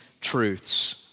truths